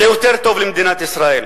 זה יותר טוב למדינת ישראל.